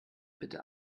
bitte